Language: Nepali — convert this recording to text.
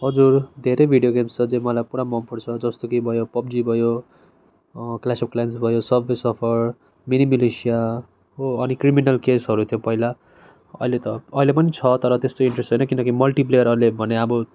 हजुर धेरै भिडियो गेम्सहरू चाहिँ मलाई पुरा मनपर्छ जस्तो कि भयो पब्जी भयो क्लास अफ क्लान्स भयो सबवे सर्फर मिनी मिलिसिया हो अनि त्यो क्रिमिनल केसहरू त्यो पहिला अहिले त अहिले पनि छ तर त्यस्तो इन्ट्रेस्ट छैन किनकि मल्टी प्लेयर अहिले भने अब